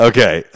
Okay